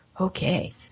Okay